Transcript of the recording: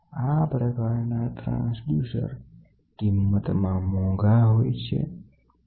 આ પ્રકારના ટ્રાન્સડ્યુસર કિંમતમાં બીજાની સરખામણીએ ખર્ચાળ હોય છે અને તેમના ચાર્જ અમ્પ્લિફાઇર પણ વધુ હશે